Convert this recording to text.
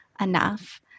enough